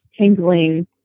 tingling